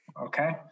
Okay